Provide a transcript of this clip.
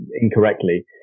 incorrectly